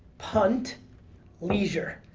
punt leisure.